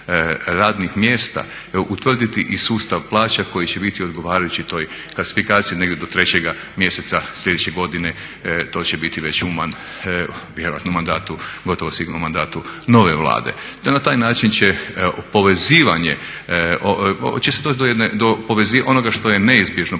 radnih mjesta utvrditi i sustav plaća koji će biti odgovarajući toj klasifikaciji negdje do 3. mjeseca sljedeće godine. To će biti vjerojatno u mandatu, gotovo sigurno u mandatu nove Vlade te na taj način će povezivanje, … do onoga što je neizbježno,